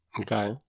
Okay